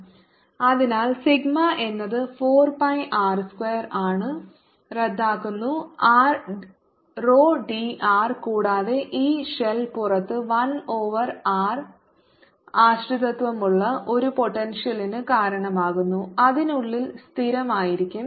ρ4πr2 അതിനാൽ സിഗ്മ എന്നത് 4 pi r square ആണ് റദ്ദാക്കുന്നു rho d r കൂടാതെ ഈ ഷെൽ പുറത്ത് 1 ഓവർ ആർ ആശ്രിതത്വമുള്ള ഒരു പോട്ടെൻഷ്യൽ ന് കാരണമാകുന്നു അതിനുള്ളിൽ സ്ഥിരമായിരിക്കും